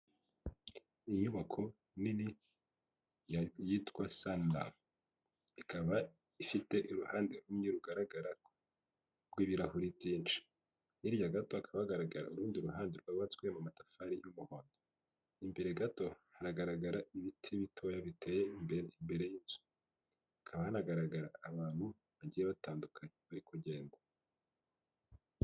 Inyubako nini yitwa sanara ikaba ifite iruhande rumwe rugaragara rw'ibirahuri byinshi. Hirya gato hakaba hagaragara urundi ruhande rwubatswe mu matafari y'umuhondo, imbere gato haragaragara ibiti bitoya biteye imbere y'nzu .Hakaba hanagaragara abantu bagiye batandukanye bari kugenda.